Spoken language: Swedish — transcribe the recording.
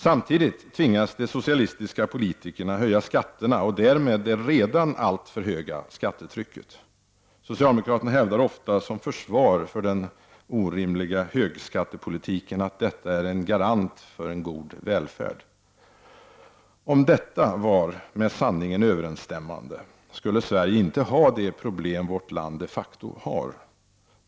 Samtidigt tvingas de socialistiska politikerna höja skatterna och därmed det redan alltför höga skattetrycket. Socialdemokraterna hävdar ofta som försvar för den orimliga högskattepolitiken att denna är en garant för en god välfärd. Om detta var med sanningen överensstämmande skulle Sverige inte ha de problem vårt land de facto har.